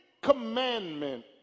commandment